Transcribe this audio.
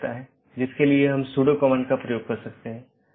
विशेषता का संयोजन सर्वोत्तम पथ का चयन करने के लिए उपयोग किया जाता है